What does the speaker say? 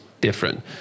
different